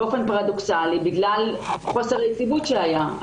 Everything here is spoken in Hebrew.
באופן פרדוקסלי בגלל חוסר היציבות שהיה,